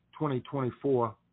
2024